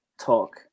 talk